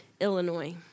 Illinois